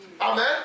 Amen